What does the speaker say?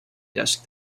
desk